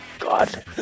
god